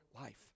life